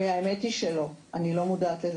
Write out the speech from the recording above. אני לא יודעת.